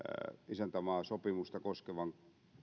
isäntämaasopimusta koskevan